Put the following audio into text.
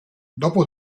dopo